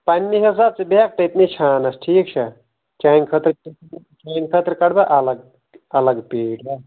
پننہِ حِسابہٕ ژٕ بیٚہیٚکھ تٔتۍنٕے چھانس ٹھیٖک چھا چانہِ خأطرٕ چانہِ خٲطرٕ کڈٕ بہٕ الگ الگ پییٚٹۍ حظ